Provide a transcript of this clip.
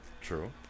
True